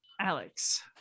alex